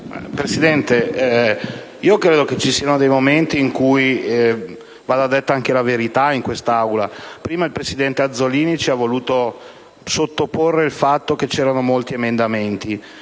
Presidente, io credo che ci siano dei momenti in cui va detta anche la verità, in quest'Aula. Prima il presidente Azzollini ci ha spiegato che sono stati presentati molti emendamenti.